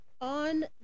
On